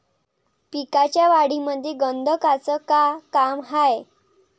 पिकाच्या वाढीमंदी गंधकाचं का काम हाये?